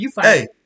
hey